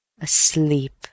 Asleep